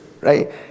right